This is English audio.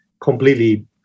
completely